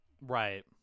right